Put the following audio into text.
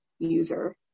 user